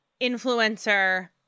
influencer